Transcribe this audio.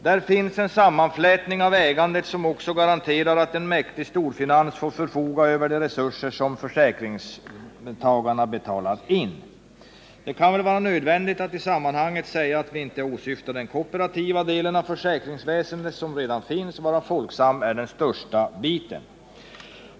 Där finns en sammanflätning av ägandet som också garanterar att en mäktig storfinans får förfoga över de resurser som försäkringstagarna betalar in. Det kan vara nödvändigt att i sammanhanget säga att vi inte åsyftar den kooperativa del av försäkringsväsendet som redan finns, varav Folksam är den största biten.